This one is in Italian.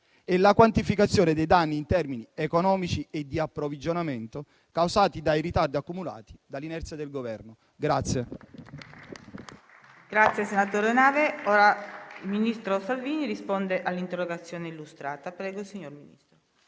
e la quantificazione dei danni, in termini economici e di approvvigionamento, causati dai ritardi accumulati a causa dell'inerzia del Governo.